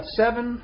seven